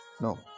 No